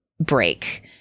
break